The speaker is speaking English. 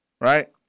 right